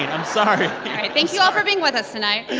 i'm sorry all right. thank you all for being with us tonight